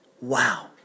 Wow